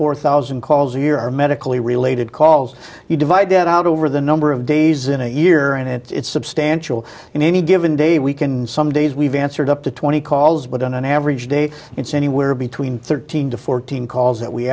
four thousand calls a year are medically related calls you divide that out over the number of days in a year and it's substantial in any given day we can some days we've answered up to twenty calls but on an average day it's anywhere between thirteen to fourteen calls that we